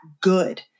good